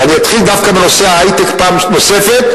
ואני אתחיל דווקא בנושא ההיי-טק פעם נוספת,